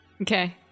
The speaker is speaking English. Okay